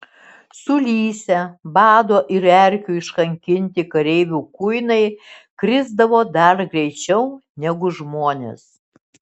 sulysę bado ir erkių iškankinti kareivių kuinai krisdavo dar greičiau negu žmonės